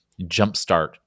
jumpstart